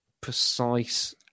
precise